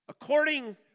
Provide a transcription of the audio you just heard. According